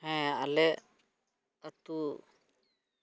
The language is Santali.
ᱦᱮᱸ ᱟᱞᱮ ᱟᱹᱛᱩ